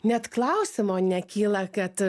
net klausimo nekyla kad